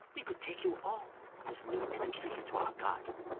we could take you all as new entries to our garden.